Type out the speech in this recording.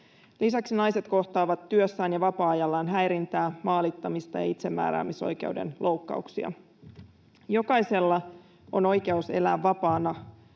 Lisäksi naiset kohtaavat työssään ja vapaa-ajallaan häirintää, maalittamista ja itsemääräämisoikeuden loukkauksia. Jokaisella on oikeus elää vapaana